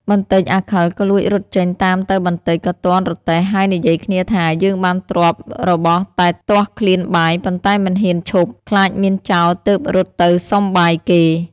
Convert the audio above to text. បន្តិចអាខិលក៏លួចរត់ចេញតាមទៅបន្ដិចក៏ទាន់រទេះហើយនិយាយគ្នាថាយើងបានទ្រព្យរបស់តែទាស់ឃ្លានបាយប៉ុន្តែមិនហ៊ានឈប់ខ្លាចមានចោរទើបរត់ទៅសុំបាយគេ។